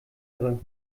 irre